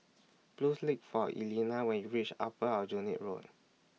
Please Look For Elena when YOU REACH Upper Aljunied Road